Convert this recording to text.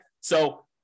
So-